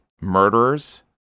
murderers